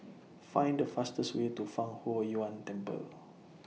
Find The fastest Way to Fang Huo Yuan Temple